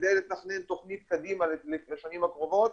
כדי לתכנן תוכנית קדימה לשנים הקרובות.